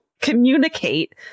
communicate